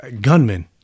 Gunmen